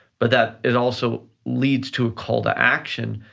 but that it also leads to a call to action,